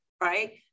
right